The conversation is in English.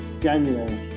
January